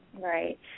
right